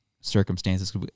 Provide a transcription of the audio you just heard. circumstances